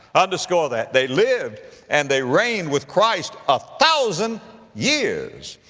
underscore that, they lived and they reigned with christ a thousand years.